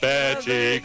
Betty